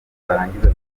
barangiza